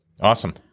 Awesome